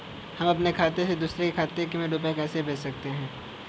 हम अपने खाते से दूसरे के खाते में रुपये कैसे भेज सकते हैं?